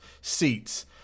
seats